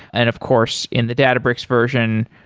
and of course, in the databricks version,